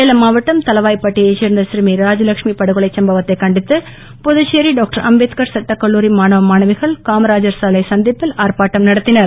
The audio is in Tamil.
சேலம் மாவட்டம் தளவாய்பட்டியை சேர்ந்த சிறுமி ராஜலட்சுமி படுகொலை சம்பவத்தை கண்டித்து புதுச்சேரி டாக்டர் அம்பேத்கர் சட்டக் கல்லூரி மாணவ மாணவிகள் காமராஜர் சாலை சந்திப்பில் ஆர்ப்பாட்டம் நடத்தினர்